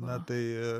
na tai